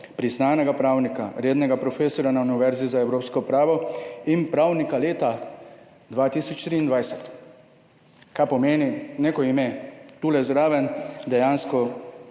priznanega pravnika, rednega profesorja na univerzi za evropsko pravo in pravnika leta 2023, kar pomeni neko ime. Tu zraven dejansko